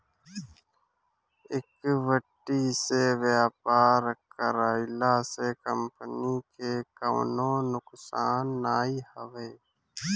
equity से व्यापार कईला से कंपनी के कवनो नुकसान नाइ हवे